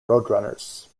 roadrunners